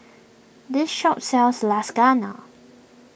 this shop sells Lasagna